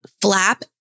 Flap